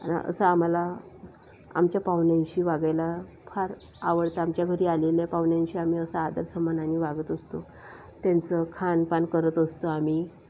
आणि असं आम्हाला आमच्या पाहुण्यांशी वागायला फार आवडतं आमच्या घरी आलेल्या पाहुण्यांशी आम्ही असं आदर सन्मानाने वागत असतो त्यांचं खानपान करत असतो आम्ही